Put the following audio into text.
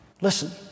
Listen